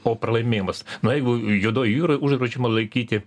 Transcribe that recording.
o pralaimėjimas na jeigu juodoje jūroje uždraudžiama laikyti